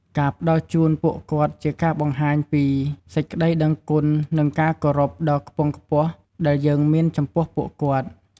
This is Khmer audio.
ការផ្តល់ជូនពួកគាត់ជាការបង្ហាញពី សេចក្តីដឹងគុណ និងការគោរពដ៏ខ្ពង់ខ្ពស់ដែលយើងមានចំពោះពួកគាត់។